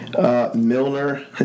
Milner